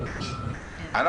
לכן אנחנו